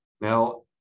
Now